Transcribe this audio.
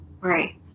Right